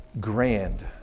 grand